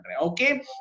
Okay